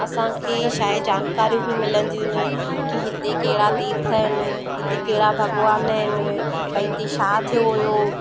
असांखे छा आहे जानकारियूं बि मिलंदियूं आहिनि की हिते कहिड़ा तीर्थ आहिनि हिते कहिड़ा भॻवान आहिनि भई हिते छा थियो हुओ